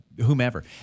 whomever